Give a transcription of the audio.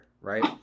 Right